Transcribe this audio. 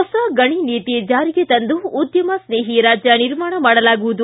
ಹೊಸ ಗಣಿ ನೀತಿ ಜಾರಿಗೆ ತಂದು ಉದ್ಯಮಸ್ನೇಹಿ ರಾಜ್ಯ ನಿರ್ಮಾಣ ಮಾಡಲಾಗುವುದು